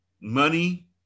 Money